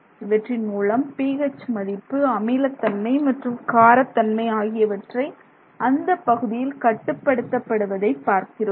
இவற்றின் மூலம் pH மதிப்பு அமிலத்தன்மை மற்றும் காரத்தன்மை ஆகியவற்றை அந்தப் பகுதியில் கட்டுப்படுத்தபடுவதை பார்க்கிறோம்